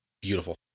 beautiful